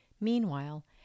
Meanwhile